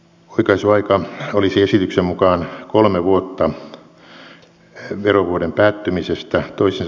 oikaisuaika olisi esityksen mukaan kolme vuotta verovuoden päättymisestä